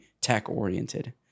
tech-oriented